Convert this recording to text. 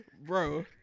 bro